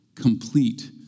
complete